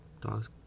dogs